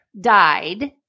died